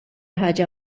ħaġa